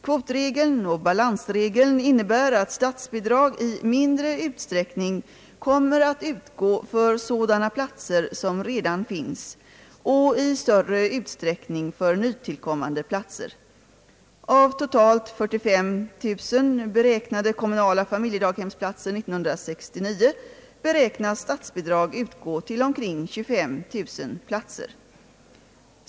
Kvotregeln och balansregeln innebär att statsbidrag i mindre utsträckning kommer att utgå för sådana platser som redan finns och i större utsträckning för nytillkommande platser. Av totalt 45 000 beräknade kommunala familjedaghemsplatser 1969 beräknas statsbidrag utgå till omkring 25 000.